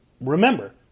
remember